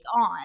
on